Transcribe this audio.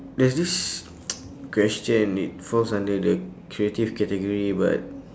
there's this question it falls under the creative category but